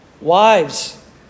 Wives